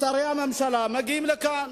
שרי הממשלה מגיעים לכאן,